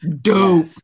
dope